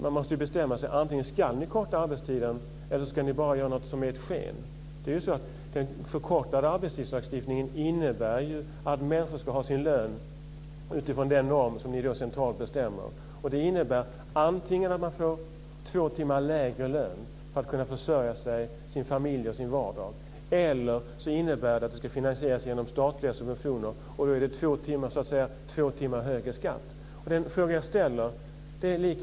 Man måste bestämma sig att antingen korta arbetstiden eller bara göra något som är ett sken. Lagstiftningen om förkortad arbetstid innebär att människor ska ha sin lön efter den ram ni centralt bestämmer. Det innebär antingen två timmar lägre lön att försörja sin familj och vardag med, eller så ska detta finansieras genom statliga subventioner och då blir det två timmar högre skatt.